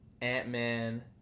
Ant-Man